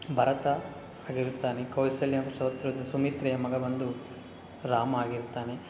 ಭರತ ಆಗಿರ್ತಾನೆ ಕೌಸಲ್ಯ ಸುಮಿತ್ರೆಯ ಮಗ ಬಂದು ರಾಮ ಆಗಿರ್ತಾನೆ